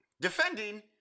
Defending